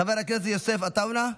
חבר הכנסת יוסף עטאונה,